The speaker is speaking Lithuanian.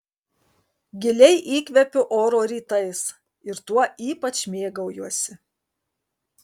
giliai įkvepiu oro rytais ir tuo ypač mėgaujuosi